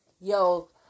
yo